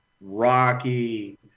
rocky